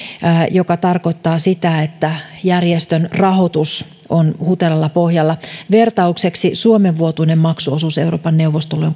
mikä tarkoittaa sitä että järjestön rahoitus on huteralla pohjalla vertaukseksi suomen vuotuinen maksuosuus euroopan neuvostolle